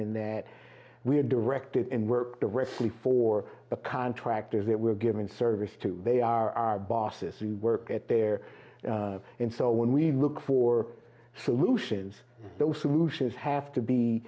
in that we are directed in work directly for the contractors that we're given service to they are our bosses we work at there and so when we look for solutions those solutions have to be